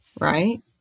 right